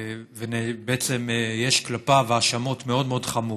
בעצם יש כלפיו האשמות מאוד מאוד חמורות,